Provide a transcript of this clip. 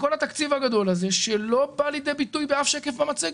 בכל התקציב הגדול הזה שלא בא לידי ביטוי באף שקף במצגת,